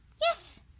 yes